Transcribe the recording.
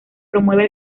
promueve